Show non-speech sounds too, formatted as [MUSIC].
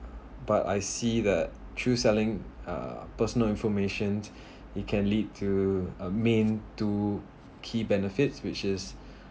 but I see that through selling uh personal informations [BREATH] it can lead to a main two key benefits which is [BREATH]